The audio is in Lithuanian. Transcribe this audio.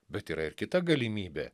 bet yra ir kita galimybė